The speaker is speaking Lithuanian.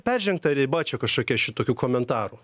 peržengta riba čia kažkokia šitokių komentarų